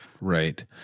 right